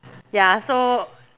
ya so